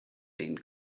den